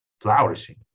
flourishing